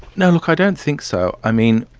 no, look, i don't think so. i mean,